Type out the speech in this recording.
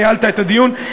ניהלת את הדיון,